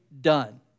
done